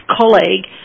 colleague